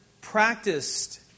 practiced